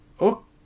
Okay